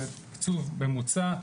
זה תקצוב ממוצע,